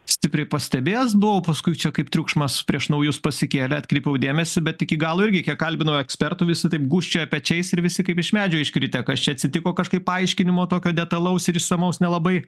stipriai pastebėjęs buvau paskui čia kaip triukšmas prieš naujus pasikėlė atkreipiau dėmesį bet iki galo irgi kiek kalbinau ekspertų visi taip gūžčiojo pečiais ir visi kaip iš medžio iškritę kas čia atsitiko kažkaip paaiškinimo tokio detalaus ir išsamaus nelabai